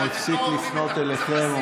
הוא הפסיק לפנות אליכם,